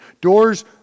Doors